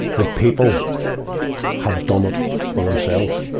the people have done it for themselves.